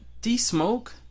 D-Smoke